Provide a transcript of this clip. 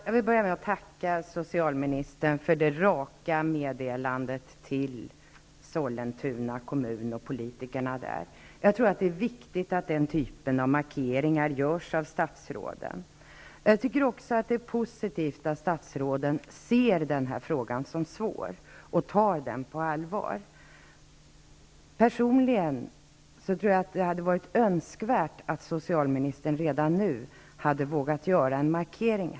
Fru talman! Jag vill tacka socialministern för det raka meddelandet till Sollentuna kommun och politikerna där. Jag tror att det är viktigt att den typen av markeringar görs av statsråden. Det är också positivt att statsrådet ser den här frågan som svår och tar den på allvar. För mig personligen hade det varit önskvärt att socialministern redan nu hade vågat göra en markering.